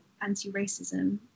anti-racism